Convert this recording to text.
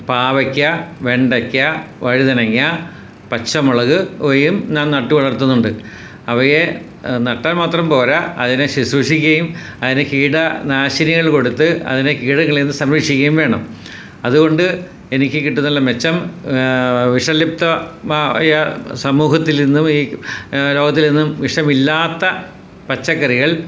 പാവയ്ക്ക വെണ്ടയ്ക്ക വഴുതനങ്ങ പച്ചമുളക് ഇവയും ഞാൻ നട്ട് വളർത്തുന്നുണ്ട് അവയെ നട്ടാൽ മാത്രം പോര അതിനെ സുശ്രുഷിക്കുകയും അതിനെ കീട നാശിനികൾ കൊടുത്ത് അതിനെ കീടങ്ങളീന്ന് സംരക്ഷിക്കുകയും വേണം അത്കൊണ്ട് എനിക്ക് കിട്ടുന്നുള്ള മെച്ചം വിഷലിപ്ത മായ സമൂഹത്തിൽ നിന്നും ഈ ലോകത്തിൽ നിന്നും വിഷമില്ലാത്ത പച്ചക്കറികൾ